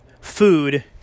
food